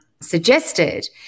suggested